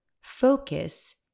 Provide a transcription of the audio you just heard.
focus